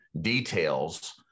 details